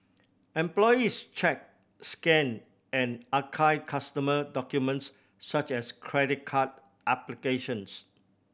employees check scan and archive customer documents such as credit card applications